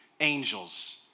angels